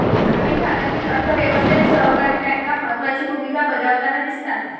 ग्रामीण भागातील अर्थ व्यवस्थेत सहकारी बँका महत्त्वाची भूमिका बजावताना दिसतात